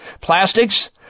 Plastics